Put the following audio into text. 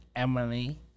Emily